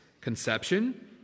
conception